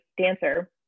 dancer